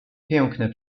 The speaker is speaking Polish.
piękne